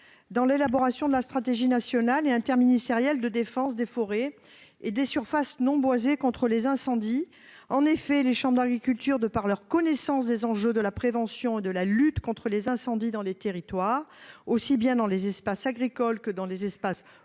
dans l'élaboration de la stratégie nationale et interministérielle de défense des forêts et des surfaces non boisées contre les incendies. En effet, les chambres d'agriculture, de par leur connaissance des enjeux de la prévention et de la lutte contre les incendies dans les espaces agricoles comme boisés, sont des acteurs